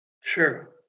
Sure